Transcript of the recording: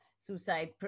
suicide